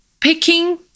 picking